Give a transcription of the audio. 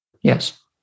Yes